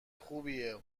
خوبیه